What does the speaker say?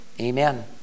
amen